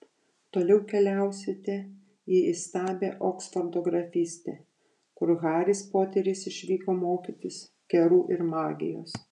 toliau keliausite į įstabią oksfordo grafystę kur haris poteris išvyko mokytis kerų ir magijos